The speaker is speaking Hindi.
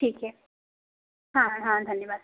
ठीक है हाँ हाँ धन्यवाद